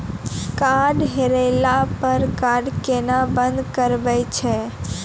Card हेरैला पर card केना बंद करबै छै?